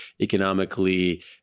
economically